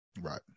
Right